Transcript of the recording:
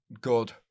good